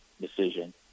decision